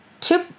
two